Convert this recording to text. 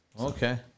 okay